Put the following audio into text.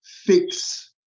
fix